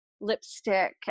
lipstick